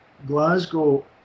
Glasgow